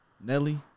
Nelly